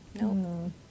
No